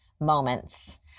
moments